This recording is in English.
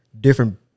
different